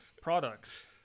products